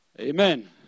Amen